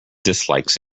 dislikes